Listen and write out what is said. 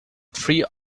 three